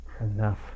enough